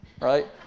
right